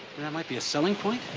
that might be a selling point.